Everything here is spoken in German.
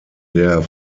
der